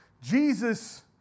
Jesus